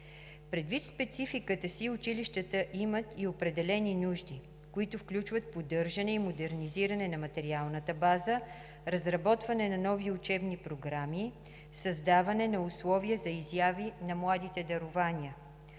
Предвид спецификата си училищата имат и определени нужди, които включват поддържане и модернизиране на материалната база, разработване на нови учебни програми, създаване на условия за изяви на младите дарования.